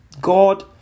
God